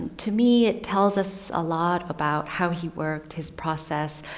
to me, it tells us a lot about how he worked his process,